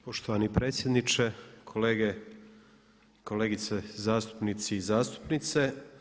Poštovani predsjedniče, kolege i kolegice zastupnici i zastupnice.